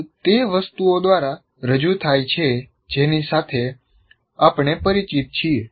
કદ તે વસ્તુઓ દ્વારા રજૂ થાય છે જેની સાથે આપણે પરિચિત છીએ